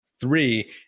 three